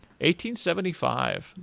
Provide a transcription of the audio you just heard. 1875